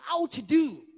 outdo